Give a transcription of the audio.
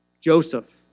Joseph